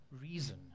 reason